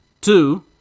Two